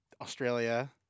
Australia